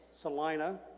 Salina